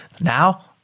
Now